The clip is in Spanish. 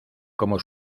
como